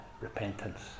repentance